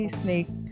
snake